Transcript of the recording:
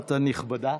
האורחת הנכבדה